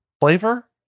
Flavor